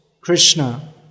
Krishna